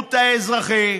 בשירות האזרחי,